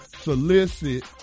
solicit